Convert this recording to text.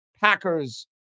Packers